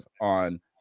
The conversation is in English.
on